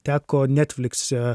teko netflikse